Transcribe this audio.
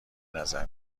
نظر